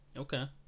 Okay